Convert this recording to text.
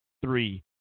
three